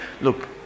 look